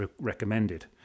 recommended